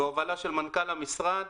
בהובלה של מנכ"ל המשרד